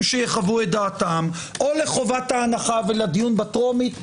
שיחוו דעתם או לחובת ההנחה ולדיון בטרומית.